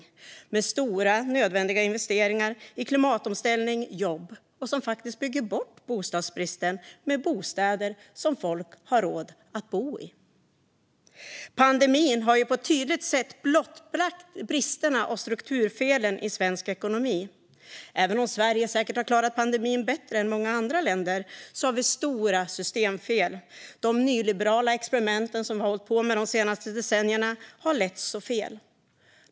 Det behövs stora, nödvändiga investeringar i klimatomställning och jobb som faktiskt bygger bort bostadsbristen med bostäder som folk har råd att bo i. Pandemin har på ett tydligt sätt blottlagt bristerna och strukturfelen i svensk ekonomi. Även om Sverige säkert har klarat pandemin bättre än många andra länder finns stora systemfel. De nyliberala experimenten som man har hållit på med de senaste decennierna har lett fel.